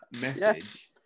message